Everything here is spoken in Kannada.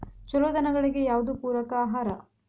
ಛಲೋ ದನಗಳಿಗೆ ಯಾವ್ದು ಪೂರಕ ಆಹಾರ?